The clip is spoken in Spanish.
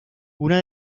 una